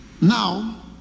Now